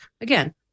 again